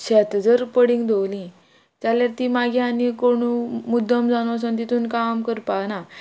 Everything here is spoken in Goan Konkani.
शेत जर पडींग दवरली जाल्यार ती मागीर आनी कोण मुद्दांम जावन वसोन तितून काम करपा ना